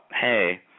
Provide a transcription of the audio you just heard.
hey